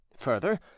Further